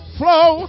flow